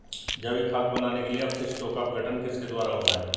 जैविक खाद बनाने के लिए अपशिष्टों का अपघटन किसके द्वारा होता है?